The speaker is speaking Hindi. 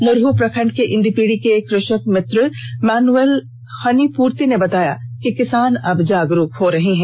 मुरहू प्रखंड के इंदीपिडी के कृषक मित्र मानूएल हूनी पूर्ति ने बताया कि किसान अब जागरूक हो रहे हैं